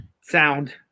sound